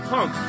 Punk